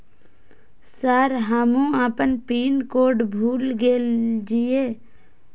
Sir हमू अपना pin code भूल गेल जीये?